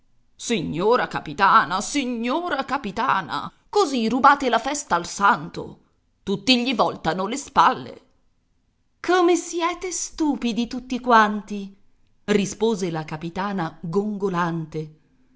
signora capitana signora capitana così rubate la festa al santo tutti gli voltano le spalle come siete stupidi tutti quanti rispose la capitana gongolante